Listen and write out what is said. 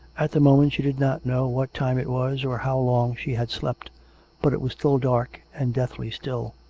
at the moment she did not know what time it was or how long she had slept but it was still dark and deathly still.